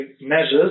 measures